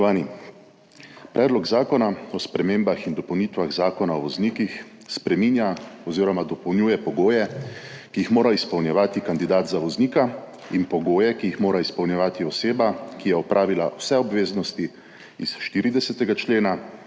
Predlog zakona o spremembah in dopolnitvah Zakona o voznikih spreminja oziroma dopolnjuje pogoje, ki jih mora izpolnjevati kandidat za voznika, in pogoje, ki jih mora izpolnjevati oseba, ki je opravila vse obveznosti iz 40. člena